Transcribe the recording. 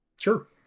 Sure